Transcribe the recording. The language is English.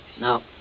No